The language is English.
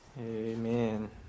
Amen